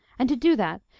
and, to do that,